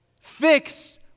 Fix